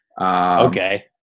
Okay